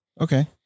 Okay